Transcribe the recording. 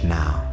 now